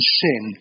sin